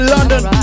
London